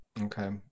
Okay